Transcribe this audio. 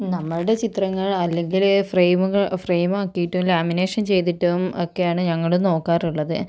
നമ്മളുടെ ചിത്രങ്ങൾ അല്ലെങ്കിലേ ഫ്രെയിമുകൾ ഫ്രെയിമാക്കിയിട്ടും ലാമിനേഷൻ ചെയ്തിട്ടും ഒക്കെയാണ് ഞങ്ങൾ നോക്കാറുള്ളത്